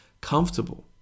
comfortable